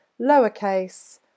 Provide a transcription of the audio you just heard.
lowercase